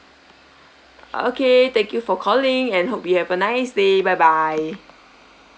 okay thank you for calling and hope you have a nice day bye bye